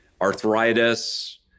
arthritis